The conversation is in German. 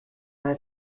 neue